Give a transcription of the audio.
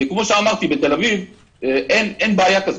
כמו שאמרתי, בתל אביב אין בעיה כזאת.